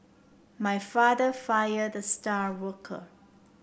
my father fired the star worker